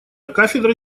кафедра